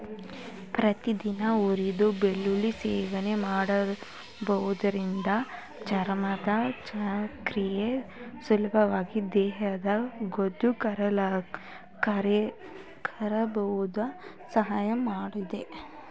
ಪ್ರತಿದಿನ ಹುರಿದ ಬೆಳ್ಳುಳ್ಳಿ ಸೇವನೆ ಮಾಡುವುದರಿಂದ ಚಯಾಪಚಯ ಕ್ರಿಯೆ ಸುಲಭವಾಗಿ ದೇಹದ ಬೊಜ್ಜು ಕರಗಿಸುವಲ್ಲಿ ಸಹಾಯ ಮಾಡ್ತದೆ